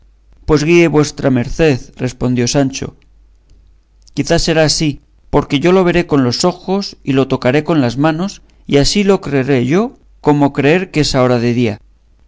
guíe vuestra merced respondió sancho quizá será así aunque yo lo veré con los ojos y lo tocaré con las manos y así lo creeré yo como creer que es ahora de día